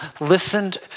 listened